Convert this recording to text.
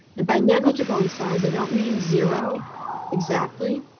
and by negligible in size, i don't mean zero exactly,